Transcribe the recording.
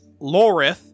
Lorith